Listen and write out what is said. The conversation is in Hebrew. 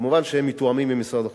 מובן שהם מתואמים עם משרד החוץ.